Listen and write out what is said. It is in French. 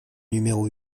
numéro